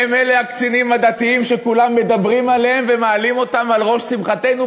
והם הקצינים הדתיים שכולם מדברים עליהם ומעלים אותם על ראש שמחתנו,